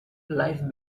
life